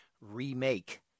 remake